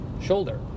shoulder